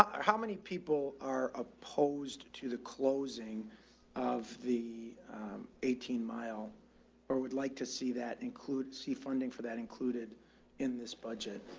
how many people are opposed to the closing of the eighteen mile or would like to see that include c funding for that included in this budget,